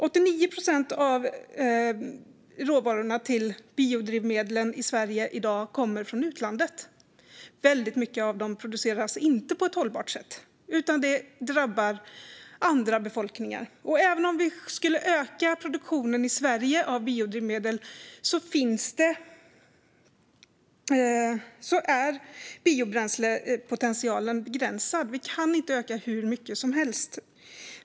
89 procent av råvarorna till biodrivmedlen i Sverige i dag kommer från utlandet. Mycket av dem produceras inte på ett hållbart sätt utan de drabbar andra befolkningar. Även om vi ökar produktionen av biodrivmedel i Sverige är biobränslepotentialen begränsad. Vi kan inte öka hur mycket som helst.